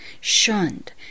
shunned